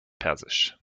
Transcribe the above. persisch